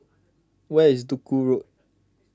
where is Duku Road